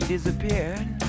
disappeared